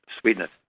sweetness